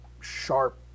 sharp